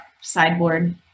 sideboard